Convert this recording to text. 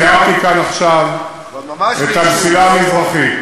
תיארתי כאן עכשיו את המסילה המזרחית.